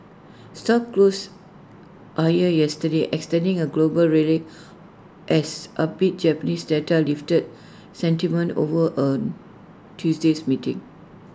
stocks closed higher yesterday extending A global rally as upbeat Japanese data lifted sentiment over on Tuesday's meeting